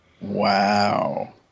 wow